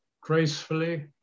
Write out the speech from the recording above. gracefully